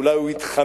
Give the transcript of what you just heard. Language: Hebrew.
אולי הוא יתחאמס,